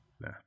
no